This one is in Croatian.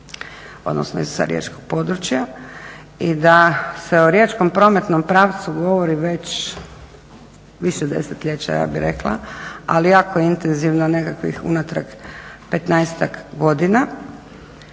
odnosno sa riječkog područja i da se o riječkom prometnom pravcu govori već više desetljeća ja bih rekla, ali jako intenzivno nekakvih unatrag nekih 15-ak godina.